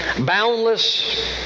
boundless